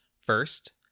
First